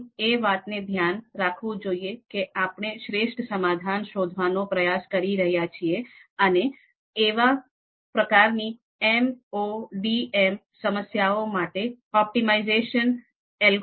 આપણે એ વાત ને ધ્યાન રાખવું જોઈએ કે આપણે શ્રેષ્ઠ સમાધાન શોધવાનો પ્રયાસ કરી રહ્યા છીએ અને એવા પ્રકારની એમઓડીએમ સમસ્યાઓ માટે ઓપ્ટિમાઇઝેશન એલ્ગોરિધમ્સ લાગુ કરી રહ્યા છીએ